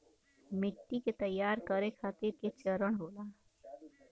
मिट्टी के तैयार करें खातिर के चरण होला?